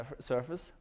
surface